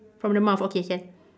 from the mouth okay can